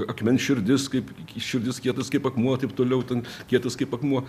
akmens širdis kaip širdis kietas kaip akmuo taip toliau ten kietas kaip akmuo